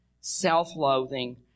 self-loathing